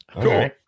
cool